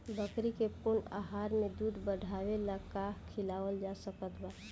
बकरी के पूर्ण आहार में दूध बढ़ावेला का खिआवल जा सकत बा?